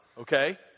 Okay